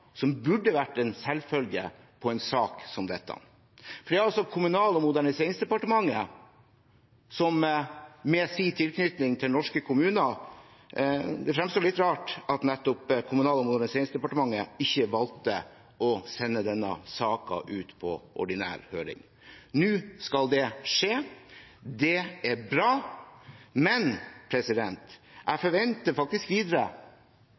som burde vært en selvfølge i en sak som dette. Det fremstår litt rart at nettopp Kommunal- og moderniseringsdepartementet, med sin tilknytning til norske kommuner, ikke valgte å sende denne saken ut på ordinær høring. Nå skal det skje. Det er bra. Men jeg forventer faktisk videre